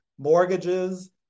Mortgages